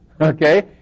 Okay